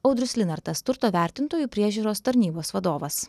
audrius linartas turto vertintojų priežiūros tarnybos vadovas